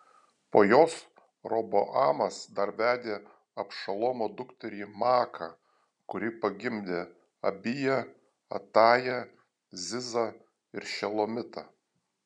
po jos roboamas dar vedė abšalomo dukterį maaką kuri pagimdė abiją atają zizą ir šelomitą